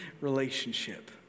relationship